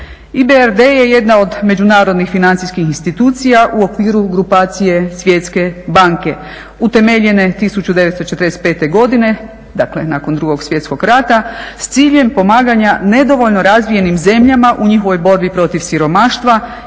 EBRD je jedna od međunarodnih financijskih institucija u okviru grupacije Svjetske banke utemeljene 1945.godine dakle nakon Drugog svjetskog rata s ciljem pomaganja nedovoljno razvijenim zemljama u njihovoj borbi protiv siromaštva i poticanju